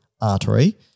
artery